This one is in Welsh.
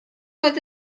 oedd